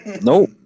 no